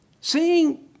Seeing